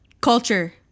Culture